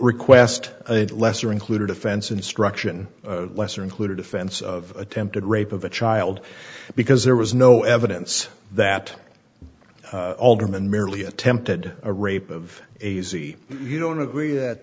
request a lesser included offense instruction lesser included offense of attempted rape of a child because there was no evidence that alderman merely attempted a rape of a z you don't agree that